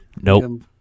Nope